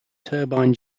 turbine